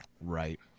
Right